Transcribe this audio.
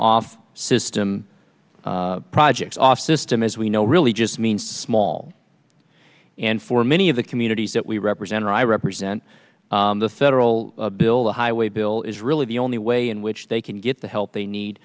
off system projects off system as we know really just mean small and for many of the communities that we represent i represent the federal bill highway bill is really the only way in which they can get the help they need